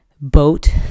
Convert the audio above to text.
boat